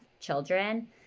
children